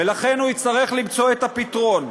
ולכן הוא יצטרך למצוא את הפתרון.